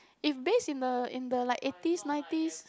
if based in the in the like eighties nineties